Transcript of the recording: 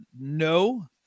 no